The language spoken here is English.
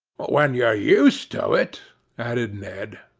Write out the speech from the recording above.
when you're used to it added ned.